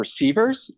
receivers